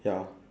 ya